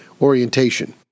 orientation